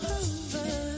over